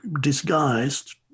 disguised